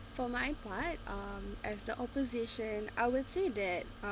for my part um as the opposition I will say that